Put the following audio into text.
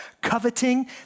Coveting